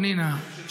פנינה,